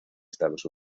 estados